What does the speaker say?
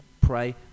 pray